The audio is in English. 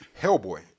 hellboy